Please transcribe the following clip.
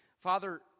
Father